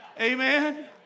Amen